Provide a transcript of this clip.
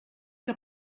que